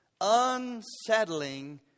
unsettling